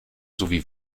sowie